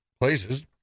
places